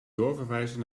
doorverwijzen